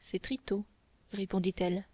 c'est trito répondit-elle